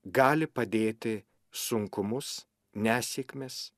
gali padėti sunkumus nesėkmes